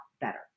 better